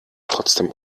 trotzdem